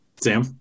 Sam